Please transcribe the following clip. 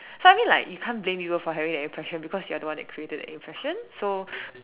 so I mean like you can't blame people for having that impression because you are the one that created that impression so